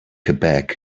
quebec